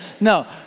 no